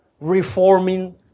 reforming